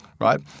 right